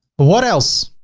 what else?